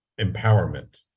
empowerment